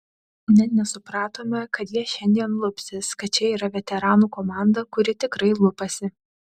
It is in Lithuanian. net nesupratome kad jie šiandien lupsis kad čia yra veteranų komanda kuri tikrai lupasi